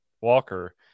Walker